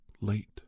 late